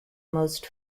most